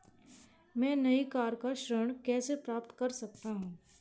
मैं नई कार पर ऋण कैसे प्राप्त कर सकता हूँ?